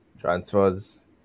transfers